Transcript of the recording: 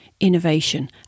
innovation